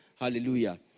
Hallelujah